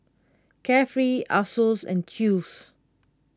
Carefree Asos and Chew's